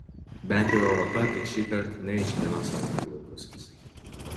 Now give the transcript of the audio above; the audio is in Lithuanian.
bent jau europa tik šįkart ne iš kino scenarijų pusės